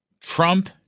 Trump